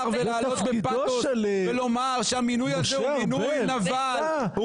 ולהעלות בפאתוס ולומר שהמינוי הזה הוא מינוי נבל,